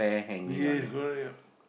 we why am